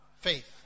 Faith